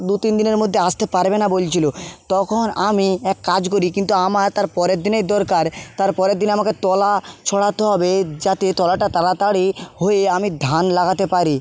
দু তিন দিনের মধ্যে আসতে পারবে না বলছিলো তখন আমি এক কাজ করি কিন্তু আমার তার পরের দিনেই দরকার তার পরের দিনে আমাকে তলা ছড়াতে হবে যাতে তলাটা তাড়াতাড়ি হয়ে আমি ধান লাগাতে পারি